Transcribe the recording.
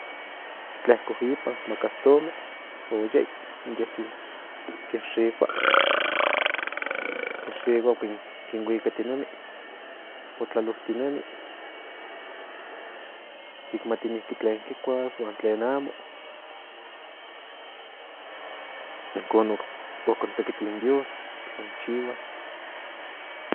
Kleko ipan makastomen omen kin kinshikua kinshikua kuikatinemi mo klaloltinemi yikmati klen kikuas huan klen amo icon oktekiki in dios klen chihuas.